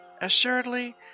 Assuredly